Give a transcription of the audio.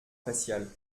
facial